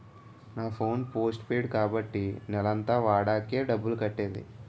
నా phone postpaid కాబట్టి నెలంతా వాడాకే డబ్బులు కట్టేది